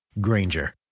Granger